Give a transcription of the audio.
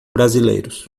brasileiros